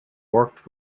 worked